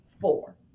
four